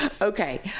Okay